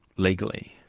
legally?